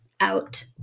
out